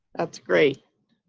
that's great.